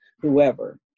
whoever